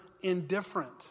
indifferent